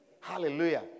Hallelujah